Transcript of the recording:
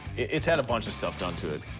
it's had a bunch of stuff done to it.